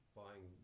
buying